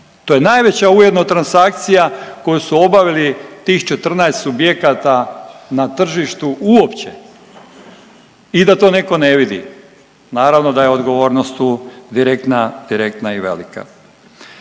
To je najveća ujedno transakcija koju su obavili tih 14 subjekata na tržištu uopće i da to neko ne vidi. Naravno da je odgovornost tu direktna i velika.